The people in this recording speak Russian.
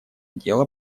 дело